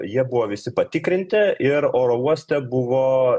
jie buvo visi patikrinti ir oro uoste buvo